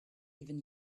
even